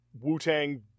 Wu-Tang